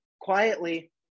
quietly